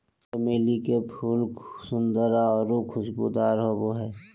चमेली के फूल सुंदर आऊ खुशबूदार होबो हइ